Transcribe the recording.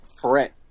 threat